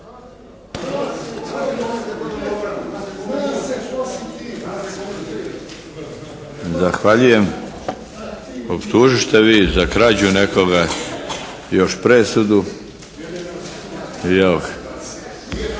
Zahvaljujem. Optužite vi za krađu nekoga. Još presudu i evo